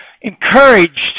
encouraged